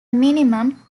minimum